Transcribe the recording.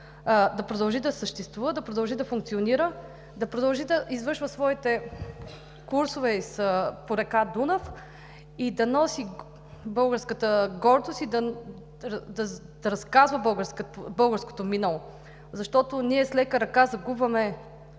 да продължи да съществува, да продължи да функционира, да продължи да извършва своите курсове по река Дунав, да носи българската гордост и да разказва българското минало. Защото ние с лека ръка загубваме